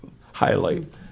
highlight